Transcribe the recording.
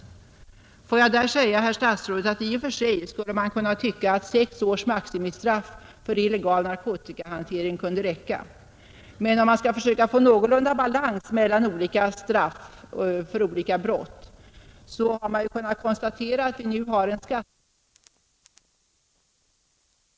Får jag beträffande denna punkt säga till herr statsrådet, att man i och för sig skulle kunna tycka att sex års maximistraff för illegal narkotikahantering kunde räcka, men med tanke på att man kanske bör få till stånd en någorlunda god balans mellan straffen för olika brott vill jag påpeka, att vi nu har en skattestrafflag där straffmaximum är sex år. Personligen anser jag att grova narkotikahajar, som gör sig skyldiga till de hemska brott de gör, är mera straffvärda än de grövsta skattesmitarna. 10.